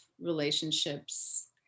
relationships